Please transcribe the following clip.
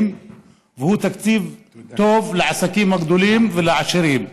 והוא תקציב טוב לעסקים הגדולים ולעשירים.